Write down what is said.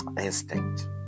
instinct